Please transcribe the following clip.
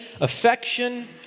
affection